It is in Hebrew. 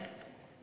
נא לסיים.